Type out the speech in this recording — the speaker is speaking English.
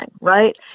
right